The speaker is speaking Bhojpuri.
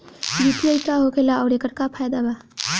यू.पी.आई का होखेला आउर एकर का फायदा बा?